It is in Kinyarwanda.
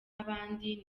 n’abandi